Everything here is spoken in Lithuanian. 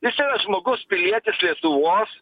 jis yra žmogus pilietis lietuvos